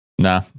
Nah